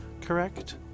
correct